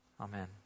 Amen